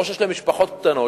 או שיש להם משפחות קטנות,